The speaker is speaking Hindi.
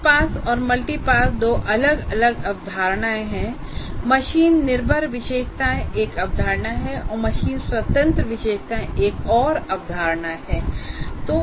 सिंगल पास और मल्टी पास दो अलग अलग अवधारणाएं हैं मशीन निर्भर विशेषताएं एक अवधारणा है और मशीन स्वतंत्र विशेषताएं एक और अवधारणा है